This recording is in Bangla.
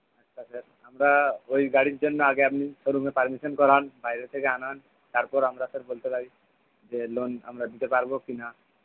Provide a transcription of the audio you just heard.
আচ্ছা স্যার আমরা ওই গাড়ির জন্য আগে আপনি শোরুমে পারমিশান করান বাইরে থেকে আনান তারপর আমরা স্যার বলতে পারি যে লোন আমরা দিতে পারবো কি না